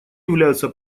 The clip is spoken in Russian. являются